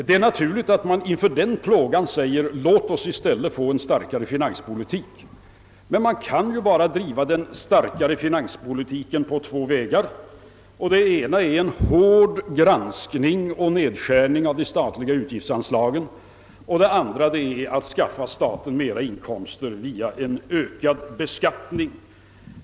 Det är naturligt att man inför denna pålaga säger: »Låt oss i stället få en starkare finanspolitik!» Men man kan bara driva den starkare finanspolitiken på två vägar, varav den ena är en hård granskning och nedskärning av de statliga utgiftsanslagen och den andra är att skaffa staten mera inkomster via en ökad beskattning.